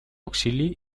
auxili